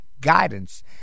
guidance